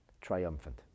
triumphant